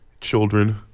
children